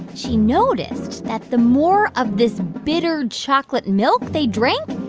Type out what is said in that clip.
she noticed that the more of this bitter chocolate milk they drank,